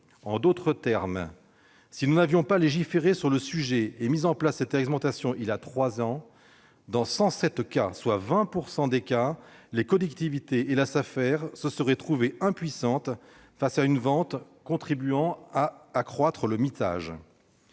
En d'autres termes, si nous n'avions pas légiféré sur le sujet et mis en place cette expérimentation il y a trois ans, dans 107 cas, soit 20 % des situations de préemption, les collectivités et la Safer se seraient trouvées impuissantes face à une vente contribuant à accroître le mitage